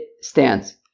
stands